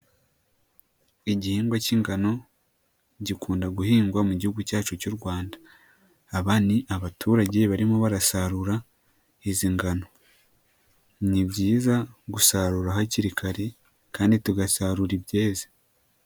Igihingwa cy'ingano, gikunda guhingwa mu gihugu cyacu cy'u rwanda. Aba ni abaturage barimo barasarura izi ngano. Ni byiza gusarura hakiri kare kandi tugasarura ibyeze.